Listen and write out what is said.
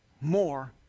more